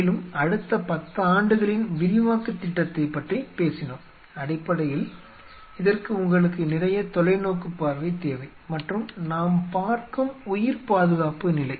மேலும் அடுத்த 10 ஆண்டுகளின் விரிவாக்க திட்டத்தைப் பற்றி பேசினோம் அடிப்படையில் இதற்கு உங்களுக்கு நிறைய தொலைநோக்குப்பார்வை தேவை மற்றும் நாம் பார்க்கும் உயிர்ப்பாதுகாப்பு நிலை